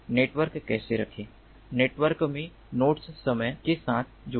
network कैसे रखें network में नोड्स समय के साथ जुड़े